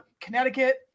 Connecticut